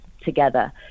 together